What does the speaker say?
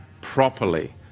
properly